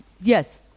Yes